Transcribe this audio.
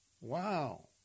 wow